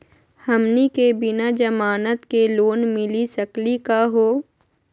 हमनी के बिना जमानत के लोन मिली सकली क हो?